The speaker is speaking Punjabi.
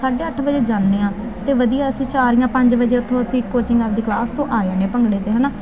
ਸਾਢੇ ਅੱਠ ਵਜੇ ਜਾਂਦੇ ਹਾਂ ਅਤੇ ਵਧੀਆ ਅਸੀਂ ਚਾਰ ਜਾਂ ਪੰਜ ਵਜੇ ਉੱਥੋਂ ਅਸੀਂ ਕੋਚਿੰਗ ਆਪਦੀ ਕਲਾਸ ਤੋਂ ਆ ਜਾਂਦੇ ਭੰਗੜੇ 'ਤੇ ਹੈ ਨਾ